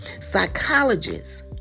Psychologists